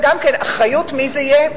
באחריות מי זה יהיה?